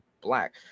black